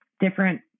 different